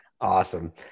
Awesome